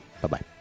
Bye-bye